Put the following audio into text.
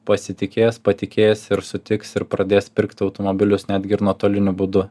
pasitikėjęs patikės ir sutiks ir pradės pirkti automobilius netgi ir nuotoliniu būdu